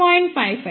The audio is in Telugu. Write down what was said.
55 దీని విలువ 8